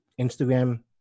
Instagram